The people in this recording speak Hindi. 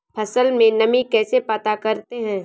फसल में नमी कैसे पता करते हैं?